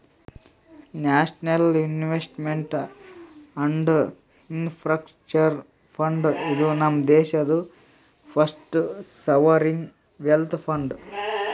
national investment and infrastructure fund, ಇದು ನಮ್ ದೇಶಾದು ಫಸ್ಟ್ ಸಾವರಿನ್ ವೆಲ್ತ್ ಫಂಡ್